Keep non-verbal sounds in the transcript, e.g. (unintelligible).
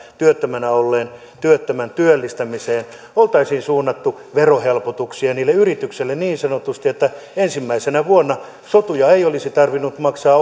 työttömänä olleen työttömän työllistämiseen oltaisiin suunnattu verohelpotuksia niille yrityksille niin sanotusti että ensimmäisenä vuonna sotuja ei olisi tarvinnut maksaa (unintelligible)